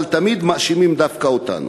אבל תמיד מאשימים דווקא אותנו.